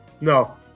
No